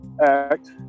Act